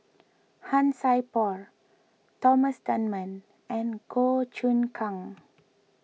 Han Sai Por Thomas Dunman and Goh Choon Kang